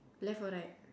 left or right